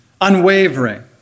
unwavering